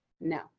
No